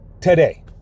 today